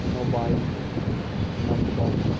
mobile number